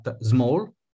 small